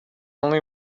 only